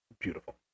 beautiful